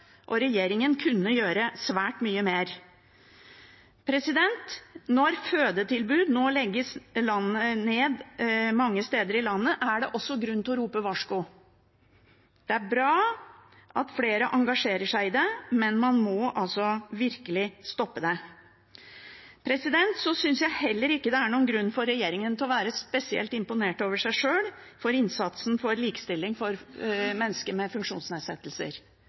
og regjeringen kunne gjøre svært mye mer. Når fødetilbud nå legges ned mange steder i landet, er det også grunn til å rope varsko. Det er bra at flere engasjerer seg i det, men man må virkelig stoppe det. Så syns jeg heller ikke det er noen grunn for regjeringen til å være spesielt imponert over seg sjøl for innsatsen for likestilling for mennesker med